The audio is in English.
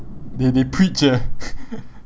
they they preach eh